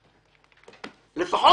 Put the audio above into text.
זה גם